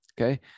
okay